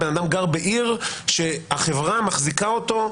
אדם גר בעיר שהחברה מחזיקה אותו,